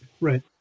right